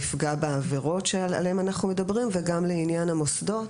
גם לעניין הנפגע בעבירות עליהן אנחנו מדברים וגם לעניין המוסדות